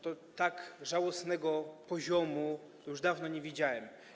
Tak żałosnego poziomu już dawno nie widziałem.